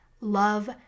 love